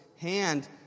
hand